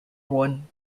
one